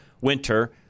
winter